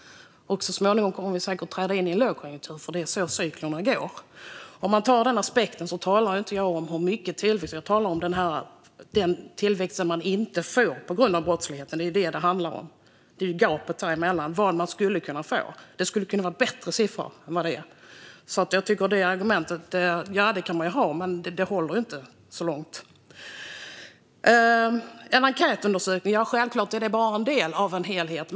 Men så småningom kommer vi säkert att träda in i en lågkonjunktur, för det är så cyklerna går. Om man tar denna aspekt är det inte hur mycket tillväxt vi har som jag talar om, utan jag talar om den tillväxt man inte får på grund av brottsligheten. Det är detta det handlar om. Det handlar om gapet däremellan och vad man skulle kunna få. Det skulle kunna vara bättre siffror än vad det är. Man kan ju ha det argument som Morgan Johansson anför, men det håller inte så långt. En enkätundersökning är självklart bara en del av en helhet.